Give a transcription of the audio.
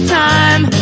time